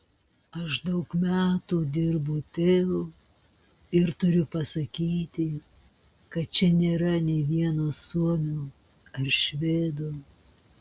aš daug metų dirbu teo ir turiu pasakyti kad čia nėra nė vieno suomio ar švedo